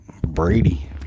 Brady